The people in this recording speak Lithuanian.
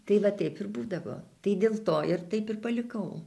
tai va taip ir būdavo tai dėl to ir taip ir palikau